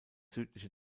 südliche